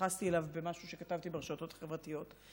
שהתייחסתי אליו במשהו שכתבתי ברשתות החברתיות,